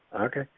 Okay